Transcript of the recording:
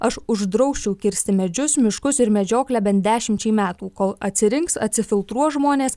aš uždrausčiau kirsti medžius miškus ir medžioklę bent dešimčiai metų kol atsirinks atsifiltruos žmonės